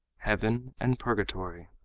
heaven and purgatory